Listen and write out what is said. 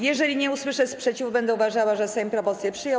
Jeżeli nie usłyszę sprzeciwu, będę uważała, że Sejm propozycję przyjął.